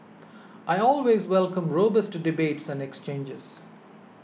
I always welcome robust debates and exchanges